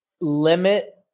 limit